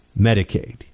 Medicaid